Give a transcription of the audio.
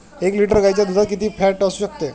एक लिटर गाईच्या दुधात किती फॅट असू शकते?